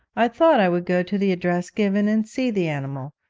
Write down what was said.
i thought i would go to the address given and see the animal,